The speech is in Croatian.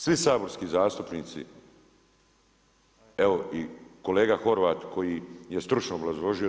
Svi saborski zastupnici evo i kolega Horvat koji je stručno obrazložio to.